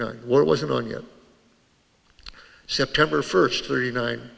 nine wasn't on yet september first thirty nine